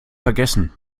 vergessen